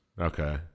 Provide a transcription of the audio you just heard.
Okay